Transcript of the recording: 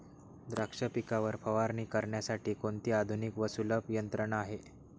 द्राक्ष पिकावर फवारणी करण्यासाठी कोणती आधुनिक व सुलभ यंत्रणा आहे?